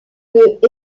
peut